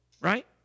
right